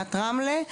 עריית רמלה.